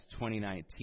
2019